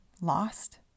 lost